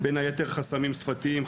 בין היתר: חסמים שפתיים,